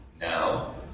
Now